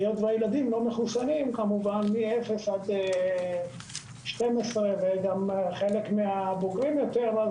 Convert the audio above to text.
מכיוון שהילדים לא מחוסנים בגילאי 12-0 וגם חלק מהבוגרים יותר,